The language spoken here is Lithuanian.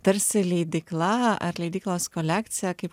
tarsi leidykla ar leidyklos kolekcija kaip